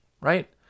right